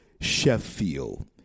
Sheffield